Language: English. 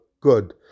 good